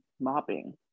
mopping